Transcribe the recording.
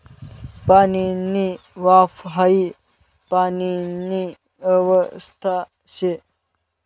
पाणीनी वाफ हाई पाणीनी अवस्था शे